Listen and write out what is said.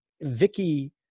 Vicky